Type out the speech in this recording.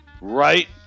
Right